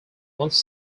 once